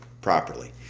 properly